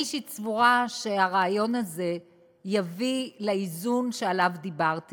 אני אישית סבורה שהרעיון הזה יביא לאיזון שעליו דיברתי.